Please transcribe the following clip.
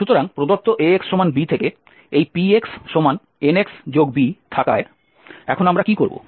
সুতরাং প্রদত্ত Ax b থেকে এই Px Nxb থাকায় এখন আমরা কি করব